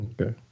Okay